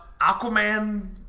Aquaman